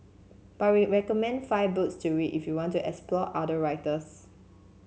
but we recommend five books to read if you want to explore other writers